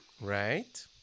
Right